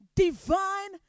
divine